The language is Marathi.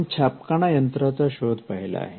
आपण छापखाना यंत्राचा शोध पाहिला आहे